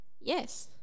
Yes